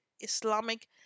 Islamic